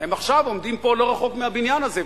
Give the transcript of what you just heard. הם עכשיו עומדים פה לא רחוק מהבניין הזה,